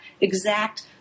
exact